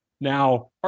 Now